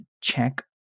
check